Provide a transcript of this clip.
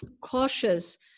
cautious